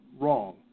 wrong